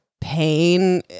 pain